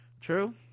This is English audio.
true